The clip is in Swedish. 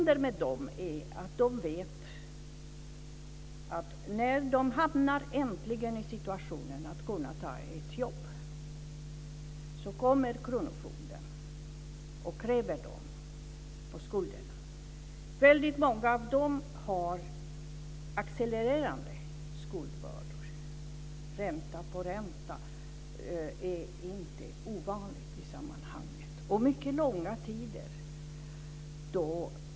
De vet att när de äntligen hamnar i den situationen att de kan ta ett jobb kommer kronofogden och kräver dem på skulderna. Väldigt många av dem har accelererande skuldbördor, som växer med ränta på ränta.